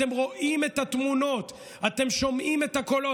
אתם רואים את התמונות, אתם שומעים את הקולות.